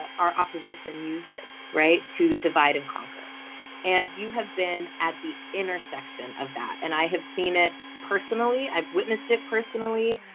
our opposition uses right to divide and conquer and you have been at the intersection of that and i have seen it personally, i've witnessed it personally.